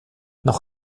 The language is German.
noch